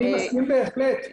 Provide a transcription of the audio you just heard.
אני בהחלט מסכים.